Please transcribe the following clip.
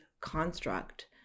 construct